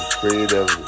creative